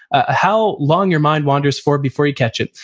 ah how long your mind wanders for before you catch it,